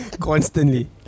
Constantly